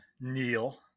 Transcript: Neil